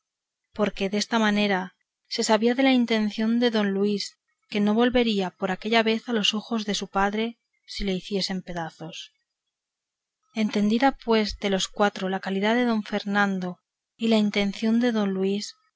porque desta manera se sabía de la intención de don luis que no volvería por aquella vez a los ojos de su padre si le hiciesen pedazos entendida pues de los cuatro la calidad de don fernando y la intención de don luis